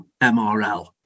MRL